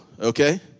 okay